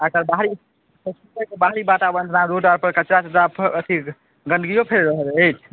अच्छा बाहरी बाहरी वातावरण जेना रोड आर पर कचरा तचरा अथी गन्दगिओ फैल रहल अछि